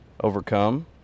overcome